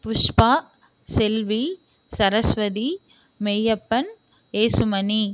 Pushpa Selvi Saraswathi Meyyappan Yesu மணி